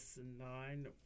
nine